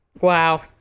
wow